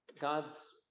God's